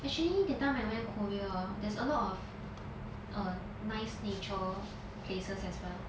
actually that time I went korea hor there's a lot of err nice nature places as well